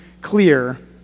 clear